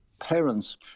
Parents